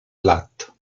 blat